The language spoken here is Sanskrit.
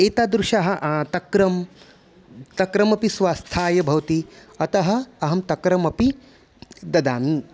एतादृशं तक्रं तक्रमपि स्वास्थाय भवति अतः अहं तक्रमपि ददामि